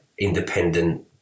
independent